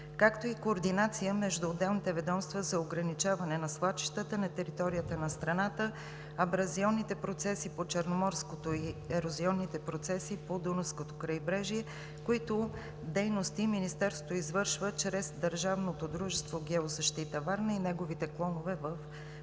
както и координация между отделните ведомства за ограничаване на свлачищата на територията на страната, абразионните и ерозионните процеси по Черноморското и по Дунавското крайбрежие, които дейности Министерството извършва чрез Държавното дружество „Геозащита“ – Варна, и неговите клонове в Плевен